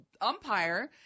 umpire